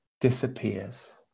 disappears